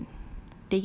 seven